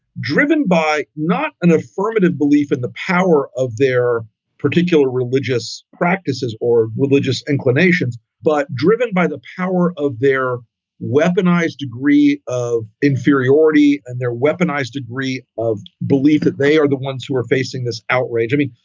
driven by not an affirmative belief in the power of their particular religious practices or religious inclinations, but driven by the power of their weaponise degree of inferiority, and their weaponised degree of belief that they are the ones who are facing this outrage. i mean,